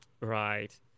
Right